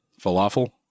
Falafel